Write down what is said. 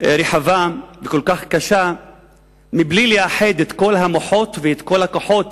רחבה וכל כך קשה בלי לאחד את כל המוחות ואת כל הכוחות